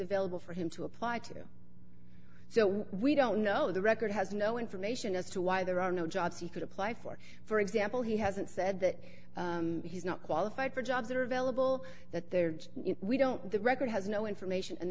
available for him to apply to so we don't know the record has no information as to why there are no jobs he could apply for for example he hasn't said that he's not qualified for jobs that are available that there we don't the record has no information and